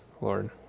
Lord